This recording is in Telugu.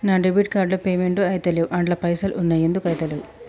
నా డెబిట్ కార్డ్ తో పేమెంట్ ఐతలేవ్ అండ్ల పైసల్ ఉన్నయి ఎందుకు ఐతలేవ్?